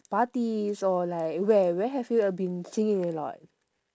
parties or like where where have you been singing a lot